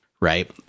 Right